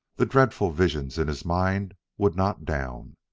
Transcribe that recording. the dreadful visions in his mind would not down.